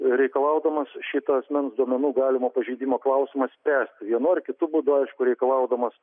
reikalaudamas šitą asmens duomenų galimo pažeidimo klausimą spręsti vienu ar kitu būdu aišku reikalaudamas